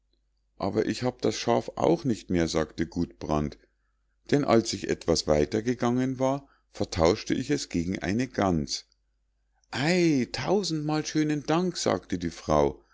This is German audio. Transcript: aber ich hab das schaf auch nicht mehr sagte gudbrand denn als ich etwas weiter gegangen war vertauschte ich es gegen eine gans ei tausendmal schönen dank sagte die frau